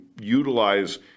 utilize